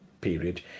period